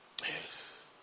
Yes